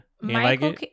Michael